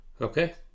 okay